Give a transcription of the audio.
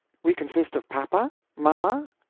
we consist of papa, mama,